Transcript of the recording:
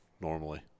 normally